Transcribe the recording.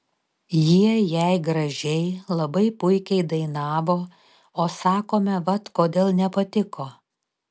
jie jei gražiai labai puikiai dainavo o sakome vat kodėl nepatiko